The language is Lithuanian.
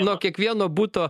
nuo kiekvieno buto